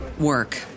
work